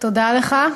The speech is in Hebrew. תודה לך.